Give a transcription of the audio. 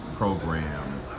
program